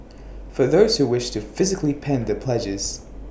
for those who wish to physically pen their pledges